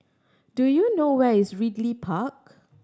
do you know where is Ridley Park